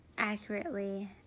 accurately